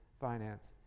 finance